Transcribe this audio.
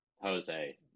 Jose